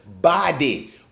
body